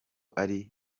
ari